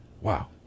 Wow